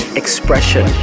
expression